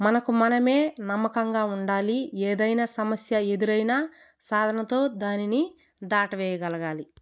మనకు మనమే నమ్మకంగా ఉండాలి ఏదైనా సమస్య ఎదురైన సాధనతో దానిని దాట వేయగలగాలి